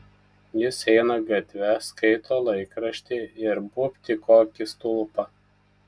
jis eina gatve skaito laikraštį ir būbt į kokį stulpą